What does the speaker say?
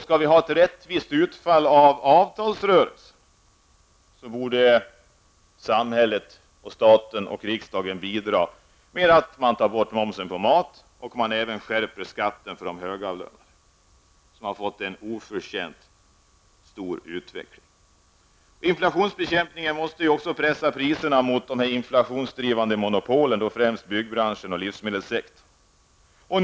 Skall vi ha ett rättvist utfall av avtalsrörelsen borde samhället, staten och riksdagen bidra med att ta bort momsen på maten och skärpa skatten för de högavlönade, som har fått en oförtjänt bra utveckling. Inflationsbekämpningen genom prispress skall kombineras med åtgärder mot inflationsdrivande monopol, främst inom byggbranschen och livsmedelssektorn.